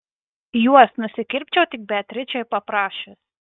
juos nusikirpčiau tik beatričei paprašius